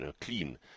clean